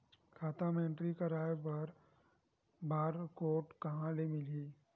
खाता म एंट्री कराय बर बार कोड कहां ले मिलही?